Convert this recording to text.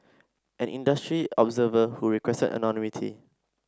an industry observer who requested anonymity